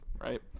right